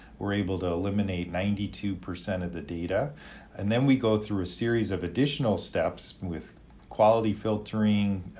we're able to eliminate ninety two percent of the data and then we go through a series of additional steps with quality filtering,